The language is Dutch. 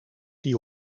die